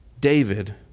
David